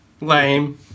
Lame